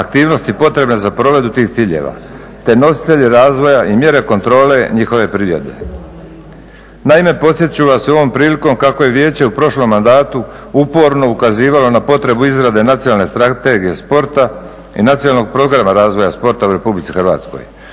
aktivnosti potrebne za provedbu tih ciljeva, te nositelji razvoja i mjere kontrole njihove primjene. Naime, podsjetit ću vas ovom prilikom kako je vijeće u prošlom mandatu uporno ukazivalo na potrebu izrade nacionalne strategije sporta i nacionalnog programa razvoja sporta u RH.